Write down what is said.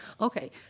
Okay